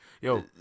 Yo